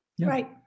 Right